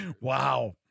Wow